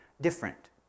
different